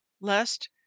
lest